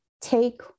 take